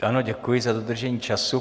Ano, děkuji za dodržení času.